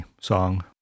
song